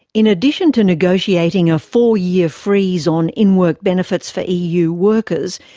in addition to negotiating a four-year freeze on in-work benefits for eu workers,